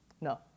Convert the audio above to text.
No